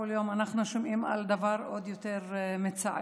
כל יום אנחנו שומעים על דבר עוד יותר מצער,